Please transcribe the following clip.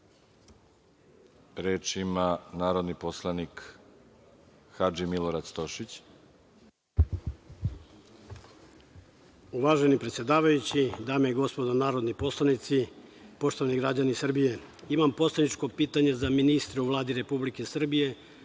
Hadži Milorad Stošić. **Hadži Milorad Stošić** Uvaženi predsedavajući, dame i gospodo narodni poslanici, poštovani građani Srbije, imam poslaničko pitanje za ministre u Vladi Republike Srbije,